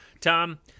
Tom